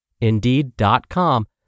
Indeed.com